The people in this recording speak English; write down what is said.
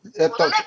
laptop